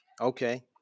okay